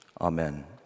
Amen